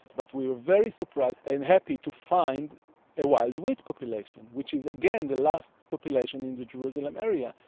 but we were very surprised and happy to find a wild wheat population, which is, again, the last population in the jerusalem area,